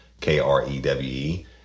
K-R-E-W-E